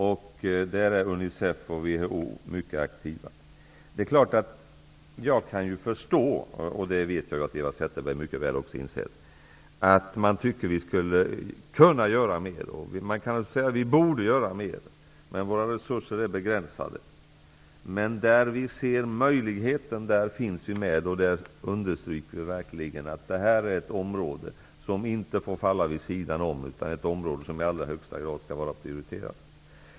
Där är Unicef och WHO mycket aktiva. Jag kan naturligtvis förstå, vilket jag vet att Eva Zetterberg mycket väl också inser, att man tycker att vi skulle kunna göra mer. Man kan naturligtvis också säga att vi borde göra mer. Men våra resurser är begränsade. Men där vi ser möjligheterna, där finns vi med, och där understryker vi verkligen att detta är ett område som inte får falla vid sidan om utan att detta är ett område som i allra högsta rad skall vara prioriterat.